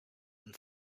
and